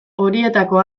horietako